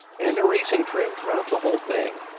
and a racing trim throughout the whole thing.